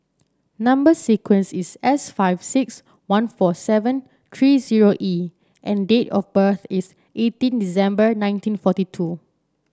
number sequence is S five six one four seven three zero E and date of birth is eighteen December nineteen forty two